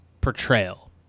portrayal